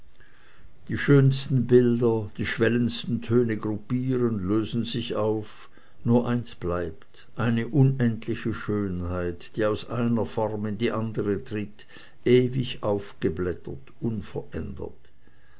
die schönsten bilder die schwellendsten töne gruppieren lösen sich auf nur eins bleibt eine unendliche schönheit die aus einer form in die andre tritt ewig aufgeblättert verändert